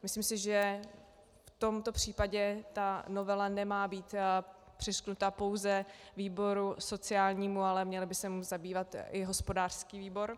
Myslím si, že v tomto případě novela nemá být přiřknuta pouze výboru sociálnímu, ale měl by se jí zabývat i hospodářský výbor.